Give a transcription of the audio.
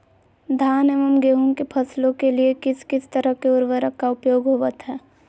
धान एवं गेहूं के फसलों के लिए किस किस तरह के उर्वरक का उपयोग होवत है?